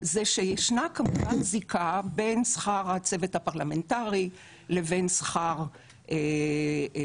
זה שישנה כמובן זיקה בין שכר הצוות הפרלמנטרי לבין שכר הסיעות,